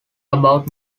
about